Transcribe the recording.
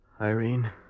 Irene